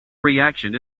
reaction